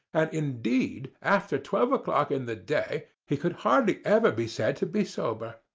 and, indeed, after twelve o'clock in the day he could hardly ever be said to be sober.